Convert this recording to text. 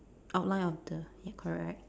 outline of the ya correct right